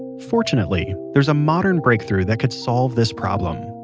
fortunately, there's a modern breakthrough that could solve this problem.